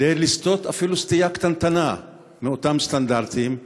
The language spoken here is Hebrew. לסטות אפילו סטייה קטנטנה מאותם סטנדרטים,